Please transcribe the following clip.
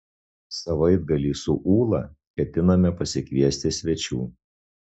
savaitgalį su ūla ketiname pasikviesti svečių